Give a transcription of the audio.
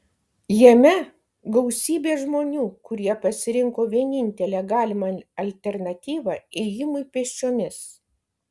jame gausybė žmonių kurie pasirinko vienintelę galimą alternatyvą ėjimui pėsčiomis